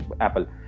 apple